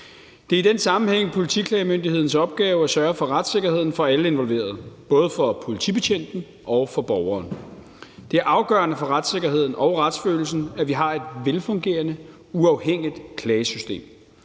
Det er i den sammenhæng Politiklagemyndighedens opgave at sørge for retssikkerheden for alle involverede, både for politibetjenten og for borgeren. Det er afgørende for retssikkerheden og retsfølelsen, at vi har et velfungerende, uafhængigt klagesystem.